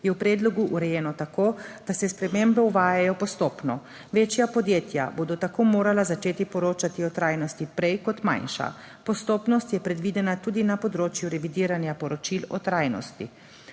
je v predlogu urejeno tako, da se spremembe uvajajo postopno. Večja podjetja bodo tako morala začeti poročati o trajnosti prej kot manjša. Postopnost je predvidena tudi na področju revidiranja poročil o trajnosti.